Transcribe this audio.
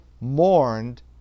mourned